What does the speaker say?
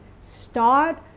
Start